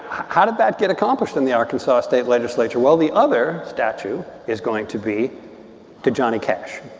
how did that get accomplished in the arkansas state legislature. well, the other statue is going to be to johnny cash